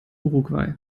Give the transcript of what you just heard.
uruguay